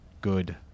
Good